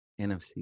nfc